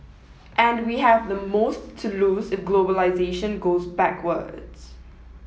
and we have the most to lose if globalisation goes backwards